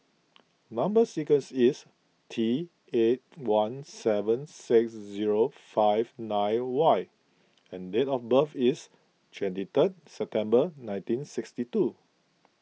Number Sequence is T eight one seven six zero five nine Y and date of birth is twenty third September nineteen sixty two